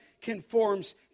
conforms